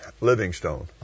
Livingstone